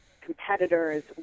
competitors